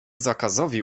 zakazowi